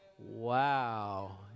Wow